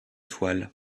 toile